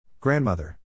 Grandmother